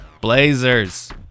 Blazers